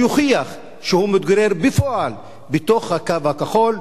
שיוכיח שהוא מתגורר בפועל בתחומי "הקו הכחול",